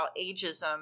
ageism